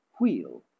wheel